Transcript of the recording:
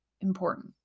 important